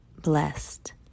blessed